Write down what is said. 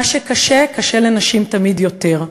מה שקשה, תמיד קשה יותר לנשים.